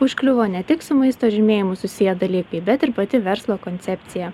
užkliuvo ne tik su maisto žymėjimu susiję dalykai bet ir pati verslo koncepcija